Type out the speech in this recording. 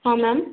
ହଁ ମ୍ୟାମ୍